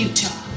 Utah